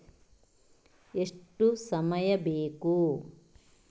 ಎಷ್ಟು ಸಮಯ ಬೇಕು?